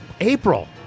April